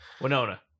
Winona